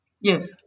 Yes